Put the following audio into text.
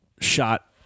shot